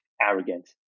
arrogant